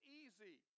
easy